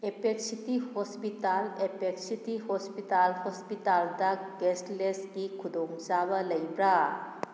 apex city hospital apex city hospital ꯍꯣꯁꯄꯤꯇꯥꯜꯗ ꯀꯦꯁꯂꯦꯁꯀꯤ ꯈꯨꯗꯣꯡꯆꯥꯕ ꯂꯩꯕ꯭ꯔꯥ